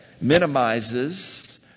minimizes